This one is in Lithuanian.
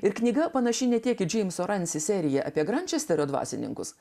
ir knyga panaši ne tik į džeimso ransi seriją apie grančesterio dvasininkus